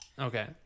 Okay